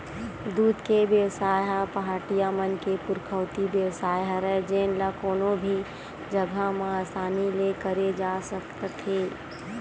दूद के बेवसाय ह पहाटिया मन के पुरखौती बेवसाय हरय जेन ल कोनो भी जघा म असानी ले करे जा सकत हे